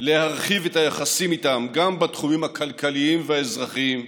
להרחיב את היחסים איתן גם בתחומים הכלכליים והאזרחים,